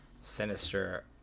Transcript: Sinister